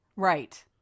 Right